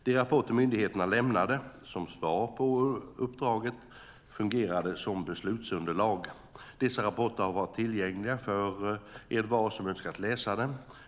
De rapporter myndigheterna lämnade som svar på uppdraget fungerade som beslutsunderlag. Dessa rapporter har varit tillgängliga för envar som önskat läsa dem.